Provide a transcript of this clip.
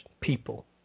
people